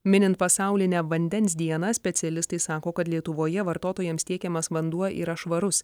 minint pasaulinę vandens dieną specialistai sako kad lietuvoje vartotojams tiekiamas vanduo yra švarus